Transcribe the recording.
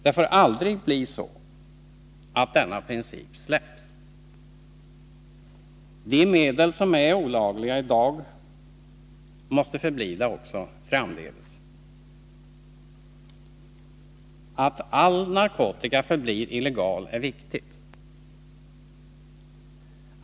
Det får aldrig bli så att denna princip släpps. De medel som är olagliga i dag måste förbli så också framdeles. Att all narkotika förblir illegal är viktigt.